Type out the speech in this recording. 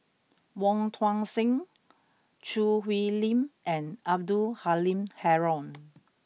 Wong Tuang Seng Choo Hwee Lim and Abdul Halim Haron